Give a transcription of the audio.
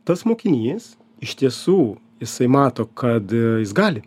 tas mokinys iš tiesų jisai mato kad jis gali